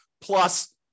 plus